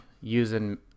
using